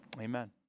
Amen